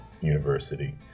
University